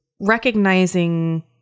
recognizing